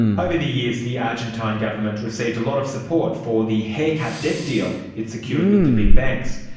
over the years the argentine government received a lot of support for the haircut debt deal it secured with the big banks.